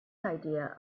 idea